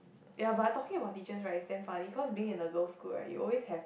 ya but I'm talking about teachers right it's damn funny because being in a girl school right you always have